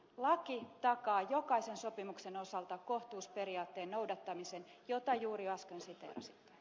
laki takaa jokaisen sopimuksen osalta kohtuusperiaatteen noudattamisen jota juuri äsken siteerasitte